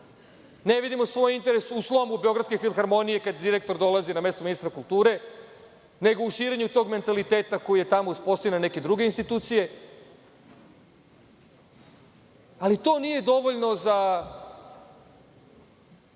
ne vidimo svoj interes u slomu Beogradske filharmonije, kada direktor dolazi na mesto ministra kulture, nego u širenju tog mentaliteta koji je tamo uspostavljen na neke druge institucije, ali to nije dovoljno za